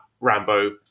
Rambo